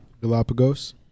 Galapagos